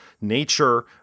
nature